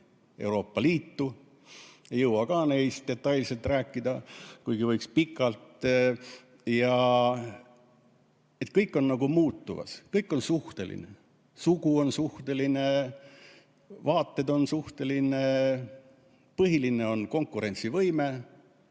Euroopa Liitu. Ma ei jõua ka neist detailselt rääkida, kuigi võiks pikalt. Kõik on nagu muutuv, kõik on suhteline: sugu on suhteline, vaated on suhtelised, põhiline on konkurentsivõime